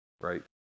right